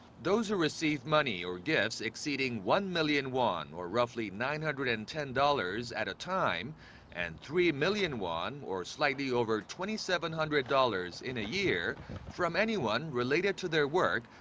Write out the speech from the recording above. those who receive money or gifts exceeding one million won. or roughly nine hundred and ten dollars. at a time and three million won. or slightly over twenty seven hundred dollars. in a year from anyone related to their work,